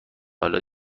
حالا